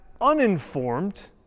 uninformed